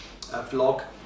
vlog